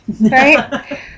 right